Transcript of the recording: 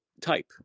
type